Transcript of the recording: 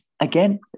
again